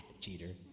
Cheater